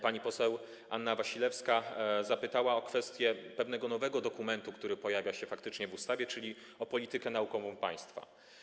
Pani poseł Anna Wasilewska zapytała o kwestię pewnego nowego dokumentu, który pojawia się w ustawie, czyli o politykę naukową państwa.